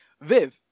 Viv